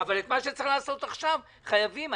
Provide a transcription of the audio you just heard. אבל את מה שצריך לעשות עכשיו, חייבים.